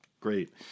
great